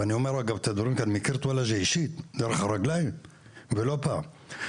ואני אומר את הדברים כי אני מכיר את וולאג'ה אישית דרך הרגליים ולא פעם,